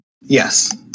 Yes